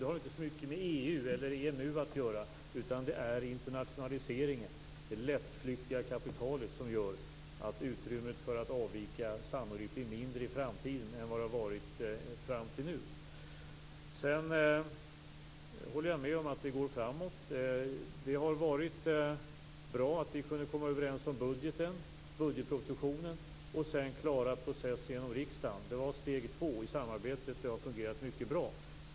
Det har inte så mycket med EU eller EMU att göra, utan det är internationaliseringen, det lättflyktiga kapitalet, som gör att utrymmet för att avvika sannolikt blir mindre i framtiden än det har varit fram till nu. Jag håller med om att det går framåt. Det har varit bra att vi har kunnat komma överens om budgetpropositionen och sedan klarat processen genom riksdagen. Det var steg två i samarbetet. Det har fungerat mycket bra.